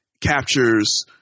captures